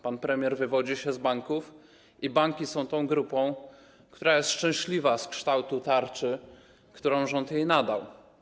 Pan premier wywodzi się z banków i banki są tą grupą, która jest szczęśliwa z kształtu tarczy, którą rząd jej nadał.